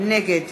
נגד